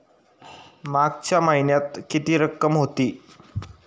मागच्या महिन्यात किती रक्कम होती?